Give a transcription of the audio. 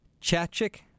Chachik